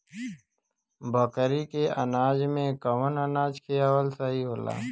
बकरी के अनाज में कवन अनाज खियावल सही होला?